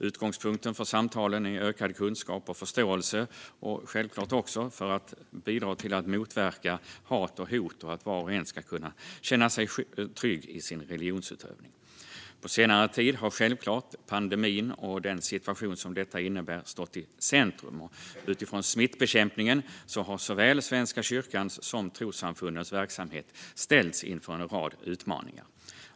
Utgångspunkten för samtalen är ökad kunskap och förståelse och självklart också att bidra till att motverka hat och hot, så att var och en ska kunna känna sig trygg i sin religionsutövning. På senare tid har självklart pandemin och den situation som den innebär stått i centrum. Utifrån smittbekämpningen har såväl Svenska kyrkans som trossamfundens verksamhet ställts inför en rad utmaningar.